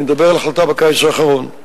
אני מדבר על החלטה בקיץ האחרון,